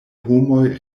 homoj